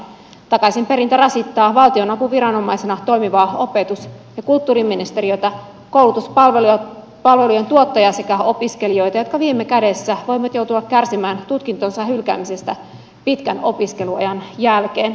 takaisinperintä rasittaa valtionapuviranomaisena toimivaa opetus ja kulttuuriministeriötä koulutuspalvelujen tuottajaa sekä opiskelijoita jotka viime kädessä voivat joutua kärsimään tutkintonsa hylkäämisestä pitkän opiskeluajan jälkeen